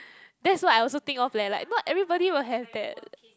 that's what I also think of leh like not everybody will have that